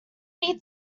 eat